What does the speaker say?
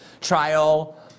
trial